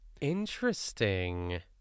Interesting